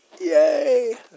Yay